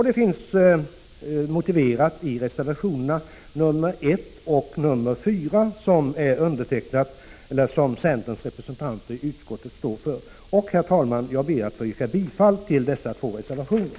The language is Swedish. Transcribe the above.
Detta har vi motiverat i reservationerna 1 och 4, som centerns representanter i utskottet står för. Herr talman! Jag ber att få yrka bifall till dessa två reservationer.